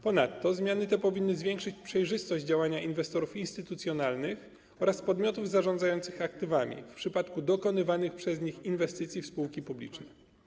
Ponadto zmiany te powinny zwiększyć przejrzystość działania inwestorów instytucjonalnych oraz podmiotów zarządzających aktywami w przypadku dokonywanych przez nich inwestycji w spółki publiczne.